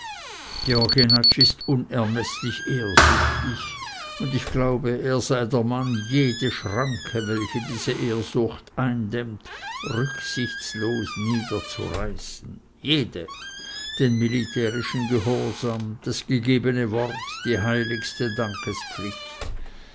georg jenatsch ist unermeßlich ehrsüchtig und ich glaube er sei der mann jede schranke welche diese ehrsucht eindämmt rücksichtslos niederzureißen jede den militärischen gehorsam das gegebene wort die heiligste dankespflicht